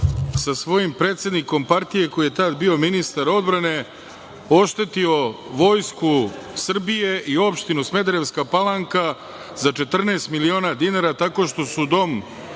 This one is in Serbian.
sa svojim predsednikom partije, koji je tada bio ministar odbrane, oštetio Vojsku Srbije i opštinu Smederevska Palanka za 14 miliona dinara, tako što su dom